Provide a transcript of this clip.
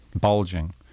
bulging